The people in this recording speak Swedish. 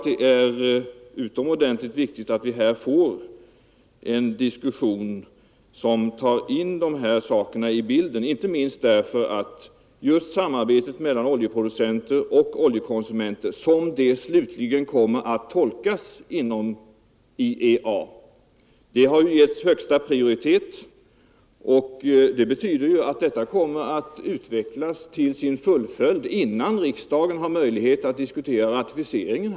Det är utomordentligt viktigt att vi får en diskussion om dessa saker, inte minst därför att just samarbetet mellan oljeproducenter och oljekonsumenter såsom det slutligen tolkas inom IEP har getts högsta prioritet. Det betyder att de konkreta lösningarna kommer att utvecklas och fullföljas innan riksdagen har möjlighet att diskutera ratificeringen.